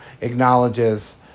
acknowledges